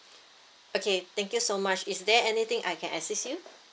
okay thank you so much is there anything I can assist you